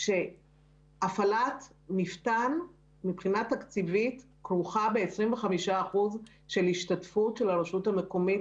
הפעלת מפתן כרוכה מבחינה תקציבית בהשתתפות של 25% מהרשות המקומית.